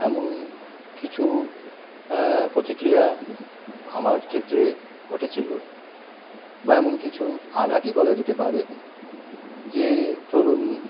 এমন কিছু প্রতিক্রিয়া আমার ক্ষেত্রে ঘটেছিল বা এমন কিছু আঘাতই বলা যেতে পারে যে ধরুন